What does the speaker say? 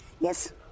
Yes